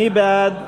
מי בעד?